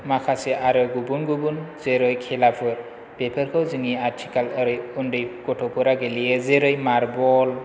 माखासे आरो गुबुन गुबुन जेरै खेलाफोर बेफोरखौ जोंनि आथिखाल ओरै उन्दै गथ'फोरा गेलेयो जेरै मारबल